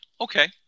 okay